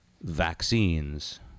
vaccines